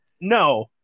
No